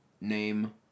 name